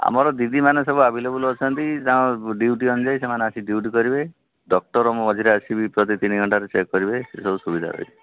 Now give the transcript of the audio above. ଆମର ଦିଦିମାନେ ସବୁ ଆଭେଲେବଲ୍ ଅଛନ୍ତି ଯାହା ଡ୍ୟୁଟି ଅନୁୟୀୟୀ ସେମାନେ ଆସି ଡ୍ୟୁଟି କରିବେ ଡକ୍ଟର୍ ମୁଁ ମଝିରେ ଆସିବି ପ୍ରତି ତିନି ଘଣ୍ଟାରେ ଚେକ୍ କରିବେ ସବୁ ସୁବିଧା ରହିଛି